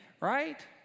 right